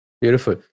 beautiful